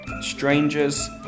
Strangers